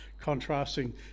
contrasting